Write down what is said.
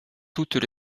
toutes